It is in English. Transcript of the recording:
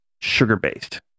sugar-based